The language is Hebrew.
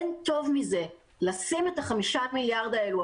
אין טוב מזה לשים את הסכום של 5 מיליארד האלו,